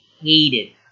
hated